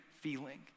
feeling